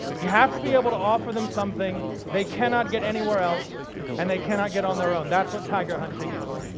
you have to be able to offer them something they cannot get anywhere else and they cannot get on their own. that's what tiger hunting is.